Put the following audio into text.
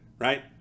Right